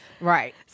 Right